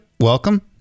welcome